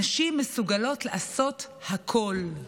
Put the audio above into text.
נשים מסוגלות לעשות הכול.